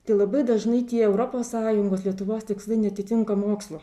tai labai dažnai tie europos sąjungos lietuvos tikslai neatitinka mokslo